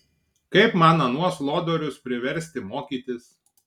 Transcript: kaip man anuos lodorius priversti mokytis